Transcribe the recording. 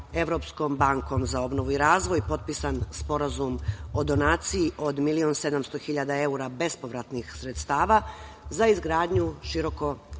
Evropskom bankom za obnovu i razvoj potpisan Sporazum o donaciji od 1.700.000 evra bespovratnih sredstava, za izgradnju širokopojasnog